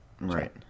right